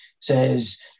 says